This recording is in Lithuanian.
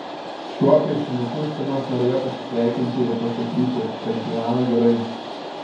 šiuo piešinuku simas norėjo pasisveikinti ir pasakyti kad gyvena gerai